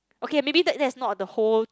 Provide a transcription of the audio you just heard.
okay maybe that that's not the whole